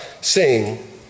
sing